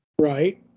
Right